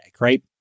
right